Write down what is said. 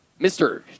Mr